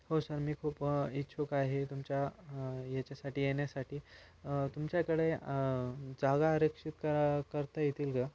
हो सर मी खूप इच्छुक आहे तुमच्या याच्यासाठी येण्यासाठी तुमच्याकडे जागा आरक्षित करा करता येतील का